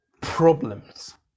problems